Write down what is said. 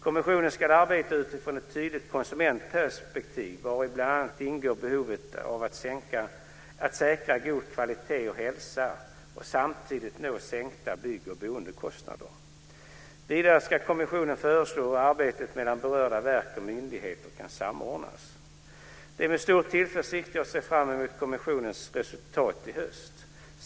Kommissionen ska arbeta utifrån ett tydligt konsumentperspektiv vari bl.a. ingår behovet av att säkra god kvalitet och hälsa och samtidigt nå sänkta bygg och boendekostnader. Vidare ska kommissionen föreslå hur arbetet mellan berörda verk och myndigheter kan samordnas. Det är med stor tillförsikt jag ser fram emot kommissionens resultat i höst.